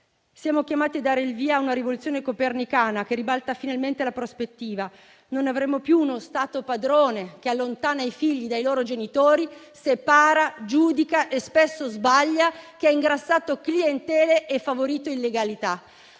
Siamo chiamati dare il via a una rivoluzione copernicana, che ribalta finalmente la prospettiva: non avremo più uno Stato padrone che allontana i figli dai loro genitori, separa, giudica e spesso sbaglia, che ha ingrassato clientele e favorito illegalità.